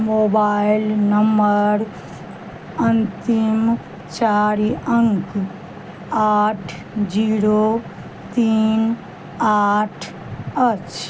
mobile नम्मर अन्तिम चारि अङ्क आठ जीरो तीन आठ अछि